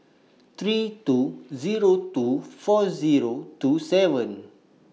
three two Zero two four Zero two seven